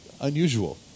unusual